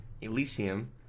Elysium